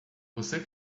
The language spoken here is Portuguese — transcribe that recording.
você